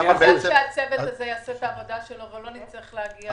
אין מצב שהצוות הזה יעשה את העבודה שלו ולא נצטרך להגיע